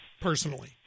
personally